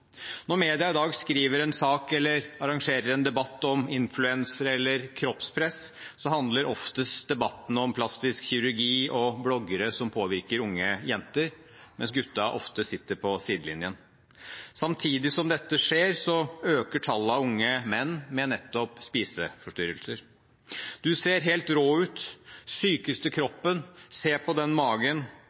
Når media i dag skriver en sak eller arrangerer en debatt om influensere eller kroppspress, handler oftest debatten om plastisk kirurgi og bloggere som påvirker unge jenter, mens guttene ofte sitter på sidelinjen. Samtidig som dette skjer, øker tallet på unge menn med nettopp spiseforstyrrelser. «Du ser helt rå ut», «sykeste kroppen», «se på den magen»;